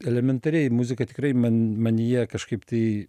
elementariai muzika tikrai man manyje kažkaip tai